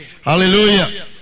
Hallelujah